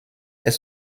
est